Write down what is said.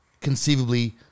conceivably